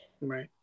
right